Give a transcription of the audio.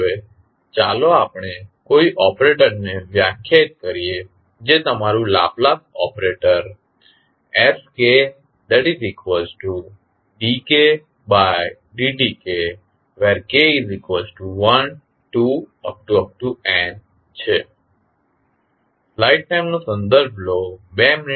હવે ચાલો આપણે કોઈ એક ઓપરેટર ને વ્યાખ્યાયિત કરીએ જે તમારું Laplace operator skd kd t kk12